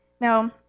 Now